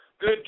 good